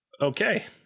Okay